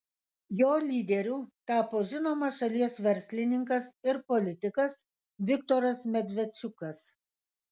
jo lyderiu tapo žinomas šalies verslininkas ir politikas viktoras medvedčiukas